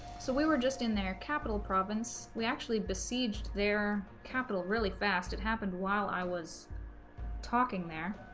so we were just in their capital province we actually besieged their capital really fast it happened while i was talking there